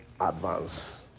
advance